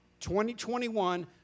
2021